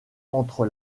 entre